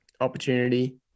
opportunity